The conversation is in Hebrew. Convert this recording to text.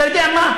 אתה יודע מה?